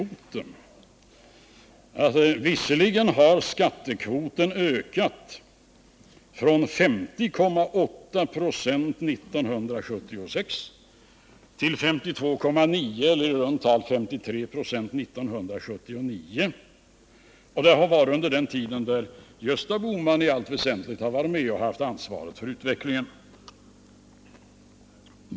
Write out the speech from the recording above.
Han sade att visserligen har skattekvoten ökat från 50,8 26 1976 till 52,9 eller i runt tal 53 96 1979, dvs. under den tid då Gösta Bohman i allt väsentligt varit med och haft ansvaret för utvecklingen.